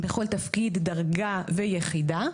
בכל תפקיד, דרגה ויחידה.